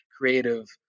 creative